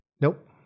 Nope